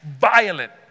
Violent